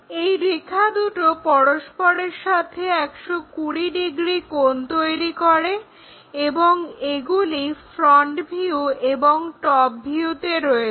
এই রেখা দুটো পরস্পরের সাথে 120 ডিগ্রী কোণ তৈরি করে এবং এগুলি ফ্রন্ট ভিউ এবং টপ ভিউতে রয়েছে